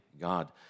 God